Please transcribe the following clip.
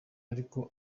ariko